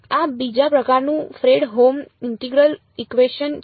આ બીજા પ્રકારનું ફ્રેડહોમ ઇન્ટિગરલ ઇકવેશન છે